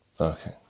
Okay